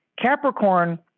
Capricorn